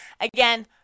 Again